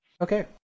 Okay